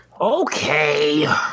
Okay